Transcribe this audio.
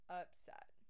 upset